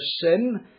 sin